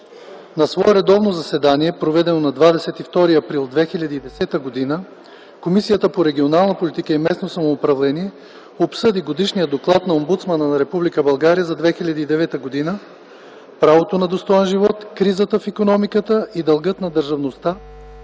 На свое редовно заседание, проведено на 22 април 2010 г., Комисията по регионална политика и местно самоуправление обсъди Годишния доклад на омбудсмана на Република България за 2009 г. – „Правото на достоен живот, кризата в икономиката и дългът на държавността”,